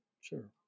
sure